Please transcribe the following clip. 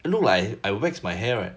and I look like I wax my hair right